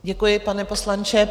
Děkuji, pane poslanče.